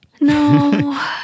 No